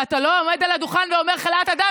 ואתה לא עומד על הדוכן ואומר "חלאת אדם"